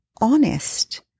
honest